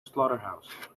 slaughterhouse